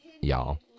Y'all